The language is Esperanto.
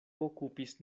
okupis